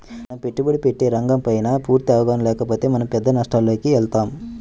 మనం పెట్టుబడి పెట్టే రంగంపైన పూర్తి అవగాహన లేకపోతే మనం పెద్ద నష్టాలలోకి వెళతాం